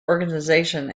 organization